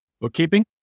Bookkeeping